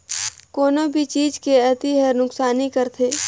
कोनो भी चीज के अती हर नुकसानी करथे